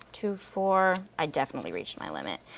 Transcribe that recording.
two, four, i definitely reached my limit.